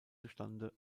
zustande